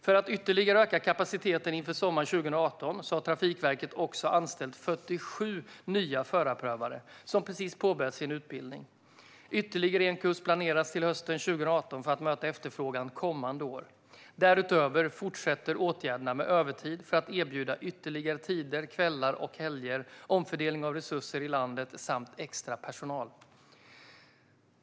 För att ytterligare öka kapaciteten inför sommaren 2018 har Trafikverket också anställt 47 nya förarprövare, som precis påbörjat sin utbildning. Ytterligare en kurs planeras till hösten 2018 för att möta efterfrågan kommande år. Därutöver fortsätter åtgärderna med övertid för att erbjuda ytterligare tider kvällar och helger, omfördelning av resurser i landet samt extra personal.